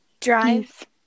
drive